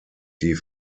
die